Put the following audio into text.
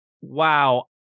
wow